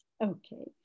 Okay